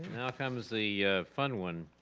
now comes the fun one.